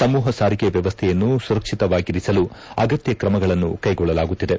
ಸಮೂಪ ಸಾರಿಗೆ ವ್ಯವಸ್ಥೆಯನ್ನು ಸುರಕ್ಷಿತವಾಗಿರಿಸಲು ಅಗತ್ಯ ಕ್ರಮಗಳನ್ನು ಕೈಗೊಳ್ಳಲಾಗುತ್ತಿದೆ